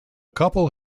couple